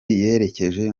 yerekeje